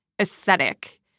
aesthetic